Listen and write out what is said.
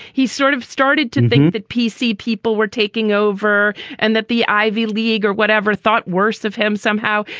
he sort of started to thing that p c. people were taking over and that the ivy league or whatever thought worse of him somehow.